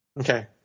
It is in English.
Okay